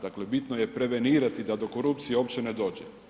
Dakle, bitno je prevenirati da do korupcije uopće ne dođe.